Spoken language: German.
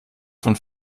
von